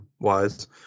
wise